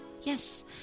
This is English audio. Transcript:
Yes